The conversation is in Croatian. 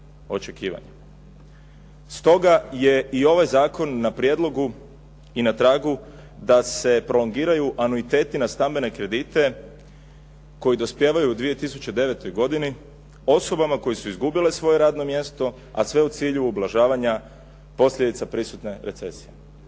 Stoga je i ovaj zakon na prijedlogu i na tragu da se prolongiraju anuiteti na stambene kredite koji dospijevaju u 2009. godini osobama koje su izgubile svoje radno mjesto a sve u cilju ublažavanja posljedica prisutne recesije.